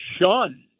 shunned